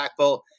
impactful